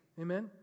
Amen